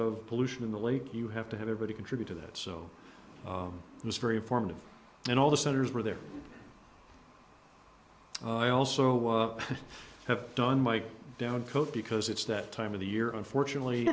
of pollution in the lake you have to have everybody contribute to that so it was very informative and all the senators were there i also have done my down coat because it's that time of the year unfortunately